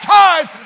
time